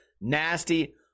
nasty